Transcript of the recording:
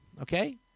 okay